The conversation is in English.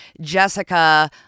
Jessica